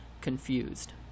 confused